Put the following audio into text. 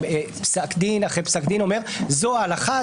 פסק דין אחרי פסק דין אומרים: זאת ההלכה,